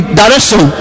direction